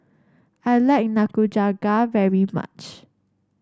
I like Nikujaga very much